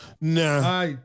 Nah